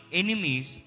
enemies